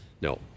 No